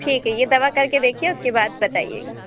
ٹھیک ہے یہ دوا کر کے دیکھیے اُس کے بعد بتائیے گا